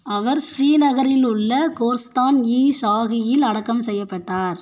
அவர் ஸ்ரீநகரில் உள்ள கோர்ஸ்தான் இஷாஹியில் அடக்கம் செய்யப்பட்டார்